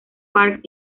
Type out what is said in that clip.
park